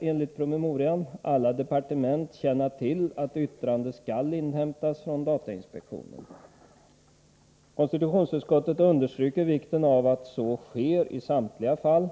Enligt promemorian lär alla departement numera känna till att yttrande skall inhämtas från datainspektionen. Konstitutionsutskottet understryker vikten av att så sker i samtliga fall.